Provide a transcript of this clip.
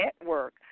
Network